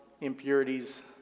impurities